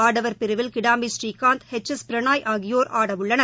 ஆடவர் பிரிவில் Kidambi Srikanth H S Prannoy ஆகியோர் ஆடவுள்ளனர்